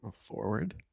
Forward